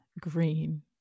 green